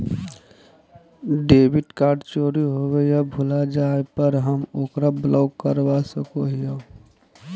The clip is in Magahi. डेबिट कार्ड चोरी होवे या भुला जाय पर हम ओकरा ब्लॉक करवा सको हियै